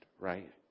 right